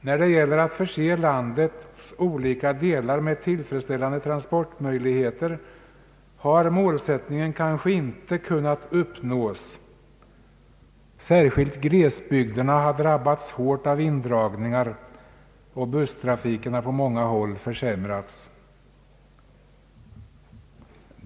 När det gällt att förse landets olika delar med tillfredsställande transportmöjligheter har målsättningen inte kunnat uppnås. Särskilt glesbygderna har drabbats hårt av indragningar, och busstrafiken har på många håll försämrats.